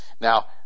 Now